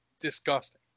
disgusting